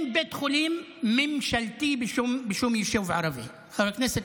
הצעתי להקים בית חולים ביישוב ערבי כלשהו,